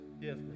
Yes